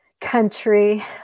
country